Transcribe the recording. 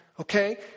Okay